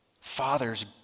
fathers